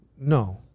No